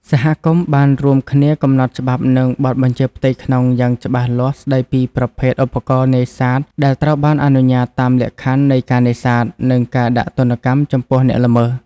សហគមន៍បានរួមគ្នាកំណត់ច្បាប់ និងបទបញ្ជាផ្ទៃក្នុង យ៉ាងច្បាស់លាស់ស្ដីពីប្រភេទឧបករណ៍នេសាទដែលត្រូវបានអនុញ្ញាតតាមលក្ខខណ្ឌនៃការនេសាទ និងការដាក់ទណ្ឌកម្មចំពោះអ្នកល្មើស។